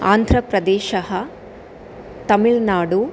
आन्ध्रप्रदेशः तमिल्नाडुः